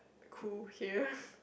cool here